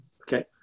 Okay